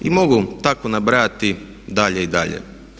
I mogu tako nabrajati dalje i dalje.